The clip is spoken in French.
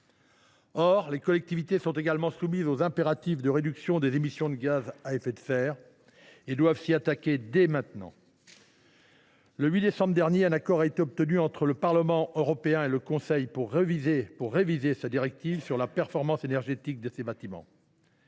Or les collectivités sont également soumises aux impératifs de réduction des émissions de gaz à effet de serre et doivent s’y attaquer dès maintenant. Le 7 décembre dernier, un accord a été trouvé entre le Parlement européen et le Conseil pour réviser la directive sur la performance énergétique des bâtiments.